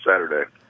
Saturday